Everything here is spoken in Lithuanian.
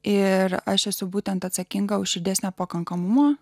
ir aš esu būtent atsakinga už širdies nepakankamumo